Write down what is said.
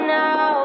now